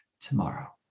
tomorrow